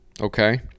okay